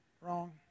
wrong